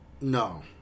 No